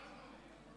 הבנו.